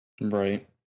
Right